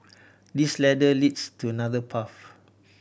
this ladder leads to another path